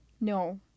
No